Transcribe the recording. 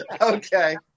Okay